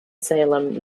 salem